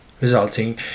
resulting